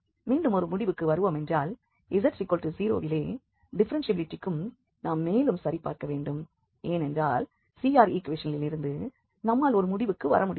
மீண்டும் ஒரு முடிவுக்கு வர வேண்டுமென்றால் z0 விலே டிஃப்ஃபெரென்ஷியபிலிட்டிக்கு நாம் மேலும் சரிபார்க்க வேண்டும் ஏனென்றால் CR ஈக்குவேஷன்களிலிருந்து நம்மால் ஒரு முடிவுக்கு வர முடியாது